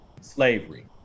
slavery